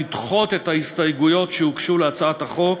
לדחות את ההסתייגויות שהוגשו להצעת החוק